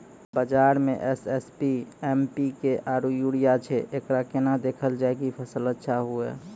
बाजार मे SSP, MPK आरु यूरिया छैय, एकरा कैना देलल जाय कि फसल अच्छा हुये?